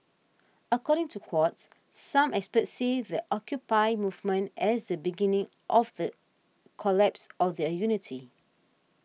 according to Quartz some experts see the Occupy movement as the beginning of the collapse of their unity